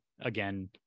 again